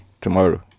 tomorrow